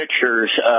pictures